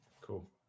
cool